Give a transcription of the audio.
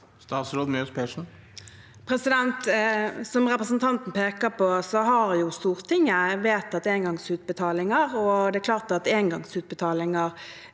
Persen Som repre- sentanten peker på, har Stortinget vedtatt engangsutbetalinger, og det er klart at engangsutbetalinger